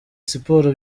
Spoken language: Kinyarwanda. siporo